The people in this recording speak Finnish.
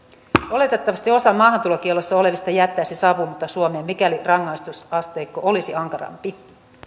oletettavasti osa maahantulokiellossa olevista jättäisi saapumatta suomeen mikäli rangaistusasteikko olisi ankarampi